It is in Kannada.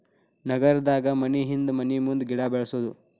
ನಗರದಾಗ ಮನಿಹಿಂದ ಮನಿಮುಂದ ಗಿಡಾ ಬೆಳ್ಸುದು